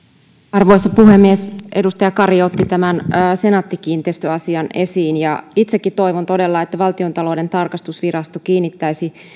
arvoisa puhemies edustaja kari otti tämän senaatti kiinteistö asian esiin ja itsekin toivon todella että valtiontalouden tarkastusvirasto kiinnittäisi